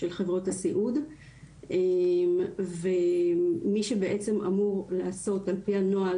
של חברות הסיעוד ומי שבעצם אמור לעשות על פי הנוהל